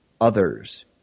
others